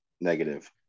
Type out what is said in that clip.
negative